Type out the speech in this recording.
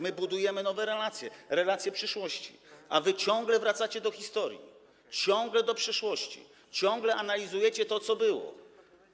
My budujemy nowe relacje, relacje przyszłości, a wy ciągle wracacie do historii, ciągle do przeszłości, ciągle analizujecie to, co było.